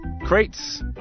crates